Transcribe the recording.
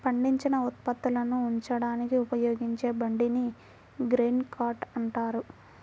పండించిన ఉత్పత్తులను ఉంచడానికి ఉపయోగించే బండిని గ్రెయిన్ కార్ట్ అంటారు